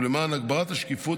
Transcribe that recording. ולמען הגברת השקיפות,